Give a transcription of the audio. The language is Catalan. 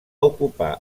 ocupar